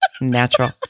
Natural